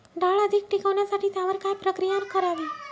डाळ अधिक टिकवण्यासाठी त्यावर काय प्रक्रिया करावी?